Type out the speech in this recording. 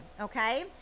okay